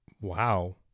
Wow